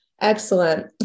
Excellent